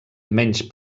menys